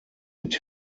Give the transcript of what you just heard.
mit